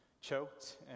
choked